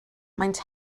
maent